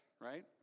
right